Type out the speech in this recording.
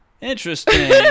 interesting